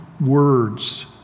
words